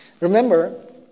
Remember